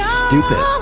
stupid